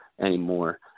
anymore